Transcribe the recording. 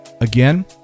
Again